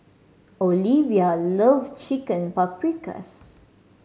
Olevia love Chicken Paprikas